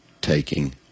taking